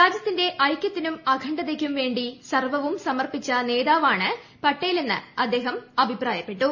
രാജ്യത്തിന്റെ ഐക്യത്തിനും അഖണ്ഡത്ക്കും വേണ്ടി സർവവും സമർപ്പിച്ച നേതാവാണ് പട്ടേൽ എന്ന് അദ്ദേഹം അഭിപ്രായപ്പെട്ടു